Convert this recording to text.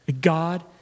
God